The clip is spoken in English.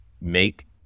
make